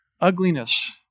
ugliness